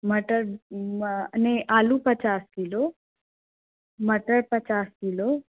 मटर नहीं आलू पचास किलो मटर पचास किलो